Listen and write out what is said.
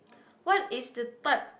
what is the type